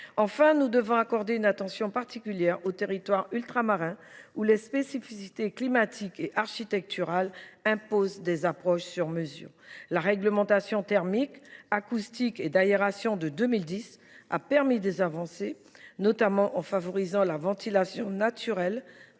Enfin, nous devons accorder une attention particulière aux territoires ultramarins, dans lesquels les spécificités climatiques et architecturales imposent des approches sur mesure. La réglementation thermique, acoustique et d’aération de 2010 a permis des avancées, notamment en favorisant la ventilation naturelle